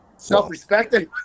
self-respecting